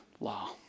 Law